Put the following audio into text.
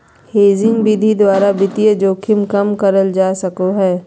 hedging विधि द्वारा वित्तीय जोखिम कम करल जा सको हय